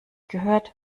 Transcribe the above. gehört